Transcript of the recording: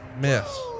miss